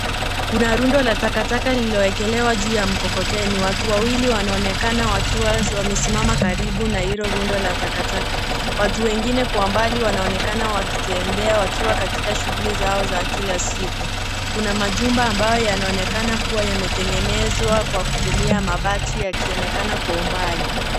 Kuna rundo la takataka lililoekelewa juu ya mkokoteni. Watu wawiki wanaonekana wakiwa wamesimama karibu na hilo rundo la takataka. Watu wengine kwa mbali wanaonekana wakitembea wakiwa katika shughuli zao za kila siku. Kuna majumba ambayo yanaonekana kuwa yametengenezwa kwa kutumia mabati yakionekana kwa umbali.